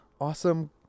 awesome